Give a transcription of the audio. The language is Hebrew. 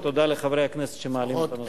ותודה לחברי הכנסת שמעלים את הנושא.